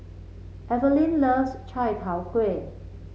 Evalyn loves Chai Tow Kuay